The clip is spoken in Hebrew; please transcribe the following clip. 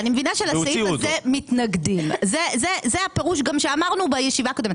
אני מבינה שמתנגדים לפירוש ולסעיף הזה,